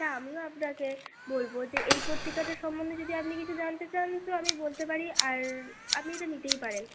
তা আমিও আপনাকে বলবো যে এই পত্রিকাটা সম্বন্ধে যদি আপনি কিছু জানতে চান তো আমি বলতে পারি আর আপনি এটা নিতেই পারেন